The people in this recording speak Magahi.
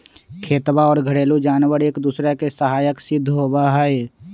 खेतवा और घरेलू जानवार एक दूसरा के सहायक सिद्ध होबा हई